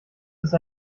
ist